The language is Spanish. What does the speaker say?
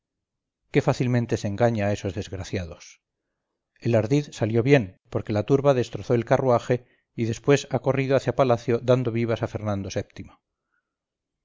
qué fácilmente se engaña a esos desgraciados el ardid salió bien porque la turba destrozó el carruaje y después ha corrido hacia palacio dando vivas a fernando